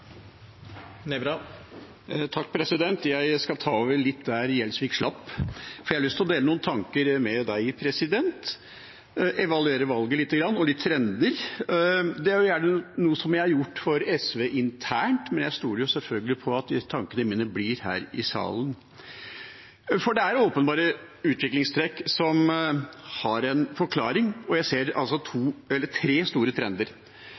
Gjelsvik slapp, for jeg har lyst til å dele noen tanker med presidenten – evaluere valget lite grann og litt trender. Dette er noe jeg har gjort for SV internt, men jeg stoler selvfølgelig på at tankene mine blir her i salen. Det er åpenbare utviklingstrekk som har en forklaring, og jeg ser tre store trender: